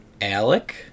Alec